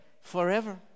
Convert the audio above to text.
Forever